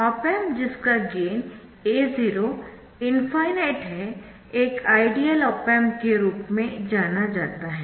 op amp जिसका gain A0 ∞ है एक आइडियल ऑप एम्प के रूप में जाना जाता है